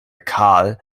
carl